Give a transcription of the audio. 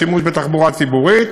השימוש בתחבורה ציבורית,